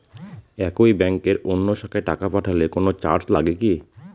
একই ব্যাংকের অন্য শাখায় টাকা পাঠালে কোন চার্জ লাগে কি?